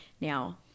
Now